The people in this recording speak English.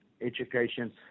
education